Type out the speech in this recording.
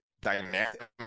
dynamic